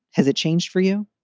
has it changed for you?